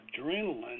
adrenaline